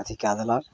अथी कए देलक